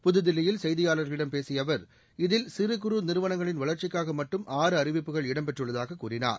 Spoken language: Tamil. புதுதில்லியில் செய்தியாளர்களிடம் பேசிய அவர் இதில் சிறு குறு நிறுவனங்களின் வளர்ச்சிக்காக மட்டும் ஆறு அறிவிப்புகள் இடம் பெற்றுள்ளதாக கூறினார்